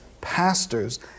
pastors